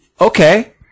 okay